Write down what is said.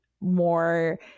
more